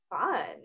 fun